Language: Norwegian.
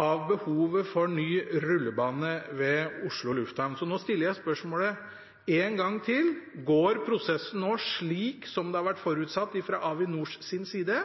av behovet for ny rullebane ved Oslo lufthavn. Så nå stiller jeg spørsmålet en gang til: Går prosessen nå slik som det har vært forutsatt fra Avinors side,